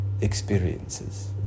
experiences